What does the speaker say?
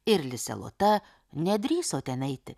ir lisė lota nedrįso ten eiti